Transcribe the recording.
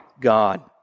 God